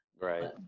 right